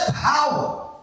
power